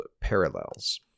Parallels